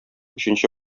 өченче